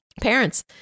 Parents